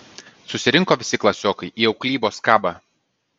susirinko visi klasiokai į auklybos kabą